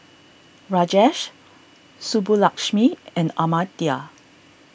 Rajesh Subbulakshmi and Amartya